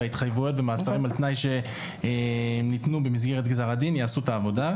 וההתחייבויות והמאסרים על תנאי שניתנו במסגרת גזר הדין יעשו את העבודה,